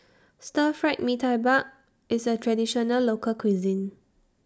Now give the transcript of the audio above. Stir Fried Mee Tai IS A Traditional Local Cuisine